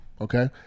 okay